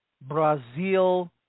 Brazil